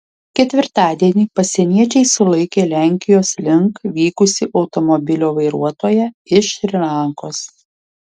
ketvirtadienį pasieniečiai sulaikė lenkijos link vykusį automobilio vairuotoją iš šri lankos